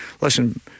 listen